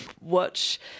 watch